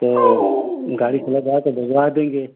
तो गाड़ी पर लदवा के भिजवा देंगे